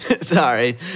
sorry